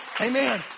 Amen